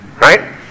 right